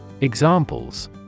Examples